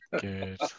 good